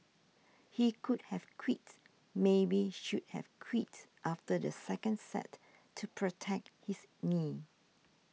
he could have quit maybe should have quit after the second set to protect his knee